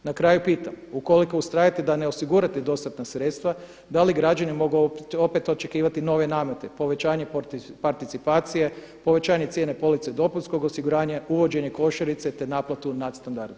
Na kraju pitam, ukoliko ustrajete da ne osigurate dostatna sredstva da li građani mogu opet očekivati nove namete povećanje participacije, povećanje cijene police dopunskog osiguranja, uvođenje košarice te naplatu nadstandarda.